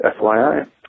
FYI